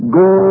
go